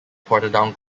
portadown